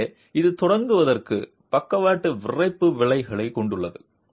எனவே இது தொடங்குவதற்கு பக்கவாட்டு விறைப்பு விளைவைக் கொண்டுள்ளது